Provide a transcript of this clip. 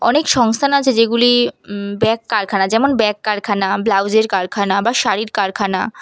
অনেক সংস্থান আছে যেগুলি ব্যাগ কারখানা যেমন ব্যাগ কারখানা ব্লাউজের কারখানা বা শাড়ির কারখানা